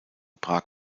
prag